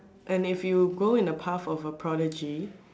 and if you go in the path of a prodigy